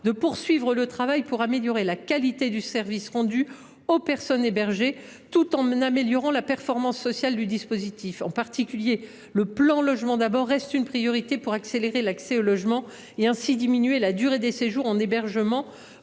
de poursuivre le travail pour améliorer la qualité du service rendu aux personnes hébergées, tout en renforçant la performance sociale du dispositif. Le plan Logement d’abord reste en particulier une priorité pour accélérer l’accès au logement, diminuer la durée des séjours en hébergement,